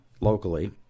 locally